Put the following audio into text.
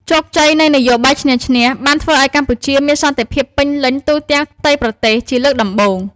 ជោគជ័យនៃ «នយោបាយឈ្នះ-ឈ្នះ» បានធ្វើឱ្យកម្ពុជាមានសន្តិភាពពេញលេញទូទាំងផ្ទៃប្រទេសជាលើកដំបូង។